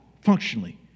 functionally